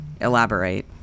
elaborate